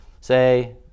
say